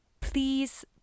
Please